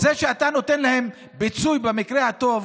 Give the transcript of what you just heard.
אתה נותן להם פיצוי, במקרה הטוב